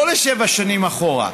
לא לשבע שנים אחורה.